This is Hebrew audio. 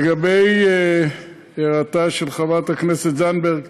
לגבי הערתה של חברת הכנסת זנדברג,